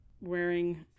wearing